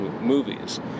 movies